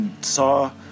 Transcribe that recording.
saw